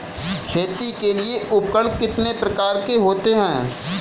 खेती के लिए उपकरण कितने प्रकार के होते हैं?